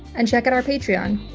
and check out our patreon.